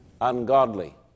ungodly